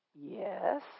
Yes